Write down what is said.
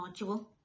module